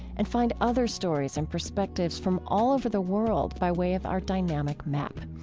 and find other stories and perspectives from all over the world by way of our dynamic map.